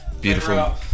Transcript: beautiful